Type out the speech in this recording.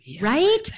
Right